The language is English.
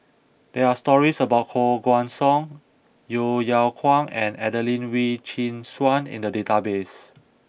there are stories about Koh Guan Song Yeo Yeow Kwang and Adelene Wee Chin Suan in the database